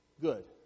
good